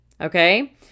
Okay